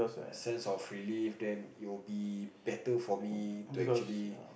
sense of relieve then it would be better for me to actually